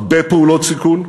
הרבה פעולות סיכול,